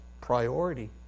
priority